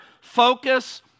focus